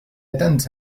تنس